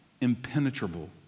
impenetrable